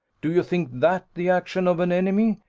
do you think that the action of an enemy?